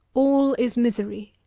all is misery.